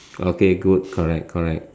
okay good correct correct